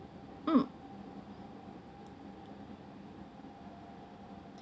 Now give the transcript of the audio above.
mm